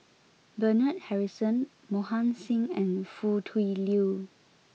Bernard Harrison Mohan Singh and Foo Tui Liew